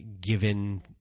given